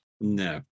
No